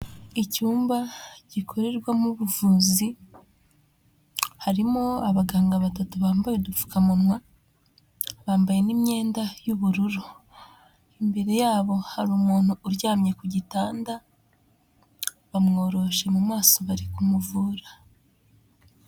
Icyumba gikorerwamo ubuvuzi harimo abaganga batatu bambaye udupfukamunwa, bambaye n' imyenda y'ubururu, imbere yabo hari umuntu uryamye ku gitanda bamworoshe mu maso bari kumuvura.